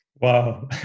wow